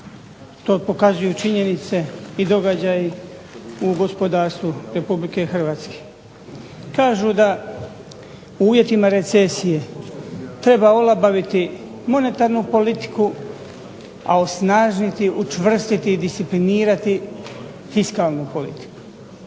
to pokazuju činjenice i događaji u gospodarstvu Republike Hrvatske. Kažu da u uvjetima recesije treba olabaviti monetarnu politiku, a osnažiti, očvrstiti, disciplinirati fiskalnu politiku